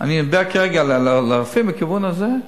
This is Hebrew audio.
אני מדבר כרגע לרופאים מהכיוון הזה,